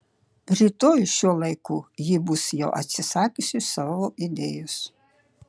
rytoj šiuo laiku ji bus jau atsisakiusi savo idėjos